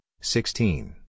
sixteen